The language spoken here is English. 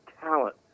talent